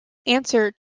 answer